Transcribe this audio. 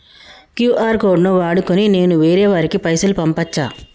QR code ను వాడుకొని నేను వేరే వారికి పైసలు పంపచ్చా?